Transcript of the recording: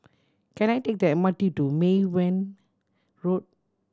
can I take the M R T to Mei Hwan Road